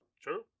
True